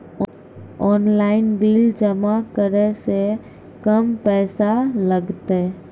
Online bill जमा करै से कम पैसा लागतै?